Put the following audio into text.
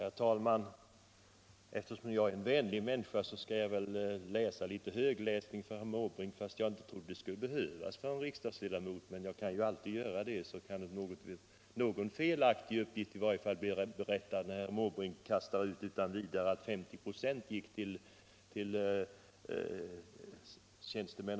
Herr talman! Eftersom jag är en vänlig människa skall jag väl läsa litet högt för herr Måbrink, fast jag inte trodde det skulle behövas för en riksdagsledamot. Men jag kan alltid göra det så att någon felaktig uppgift blir rättad. Herr Måbrink kastar utan vidare ut att 50 26 av biståndet gick till tjänstemän.